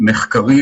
שהם לא מחבלים,